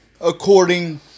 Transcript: According